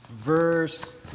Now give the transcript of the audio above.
Verse